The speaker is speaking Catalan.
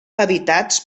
habitats